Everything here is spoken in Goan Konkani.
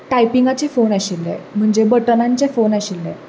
टायपींगाचे फोन आशिल्ले म्हणजे बटनांचे फोन आशिल्ले